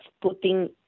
putting